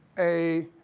a